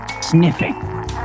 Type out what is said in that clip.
sniffing